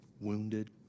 wounded